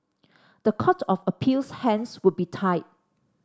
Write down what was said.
the Court of Appeal's hands would be tied